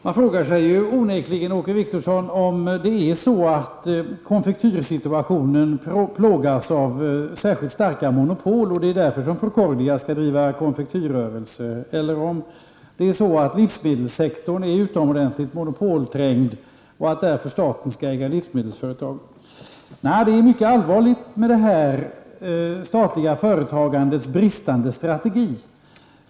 Man frågar sig onekligen, Åke Wictorsson, om det är så att konfektyrsituationen plågas av särskilt starka monopol och om det är därför som Procordia skall driva konfektyrrörelse, eller om livsmedelssektorn är utomordentligt monopolträngd och staten därför skall äga livsmedelsföretag. Nej, det är mycket allvarligt med det statliga företagandets bristande strategier.